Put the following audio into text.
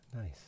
Nice